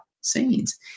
scenes